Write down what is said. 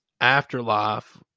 Afterlife